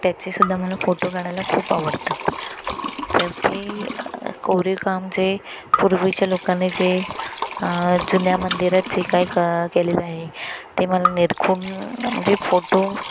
त्याचीसुद्धा मला फोटो काढायला खूप आवडतात तर ते कोरीवकाम जे पूर्वीच्या लोकांनी जे जुन्या मंदिरात जे काही क केलेलं आहे ते मला निरखुन म्हणजे फोटो